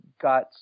got